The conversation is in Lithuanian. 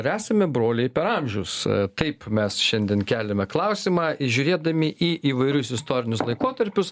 ar esame broliai per amžius kaip mes šiandien keliame klausimą žiūrėdami į įvairius istorinius laikotarpius